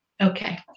Okay